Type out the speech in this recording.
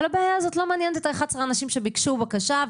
אבל הבעיה הזאת לא מעניינת את 11 האנשים שביקשו בקשה,